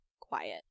quiet